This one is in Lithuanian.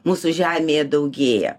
mūsų žemėje daugėja